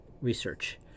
research